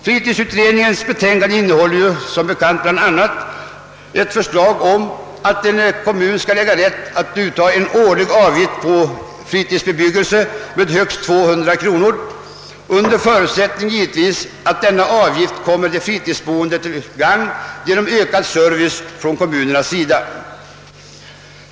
Fritidsutredningens betänkande innehåller som bekant bl.a. ett förslag om att en kommun skall äga rätt att utta en årlig avgift på fritidsbebyggelse med högst 200 kronor, givetvis under förutsättning att denna avgift kommer de fritidsboende till gagn genom ökad service från kommunens sida.